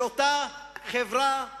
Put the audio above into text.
של אותה חברה חילונית,